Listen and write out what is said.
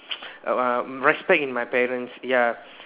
uh respect in my parents ya